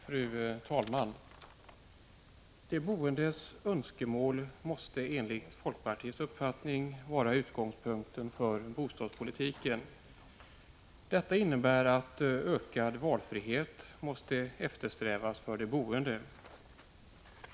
Fru talman! De boendes önskemål måste enligt folkpartiets uppfattning vara utgångspunkten för bostadspolitiken. Detta innebär att ökad valfrihet måste eftersträvas för de boende.